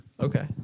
Okay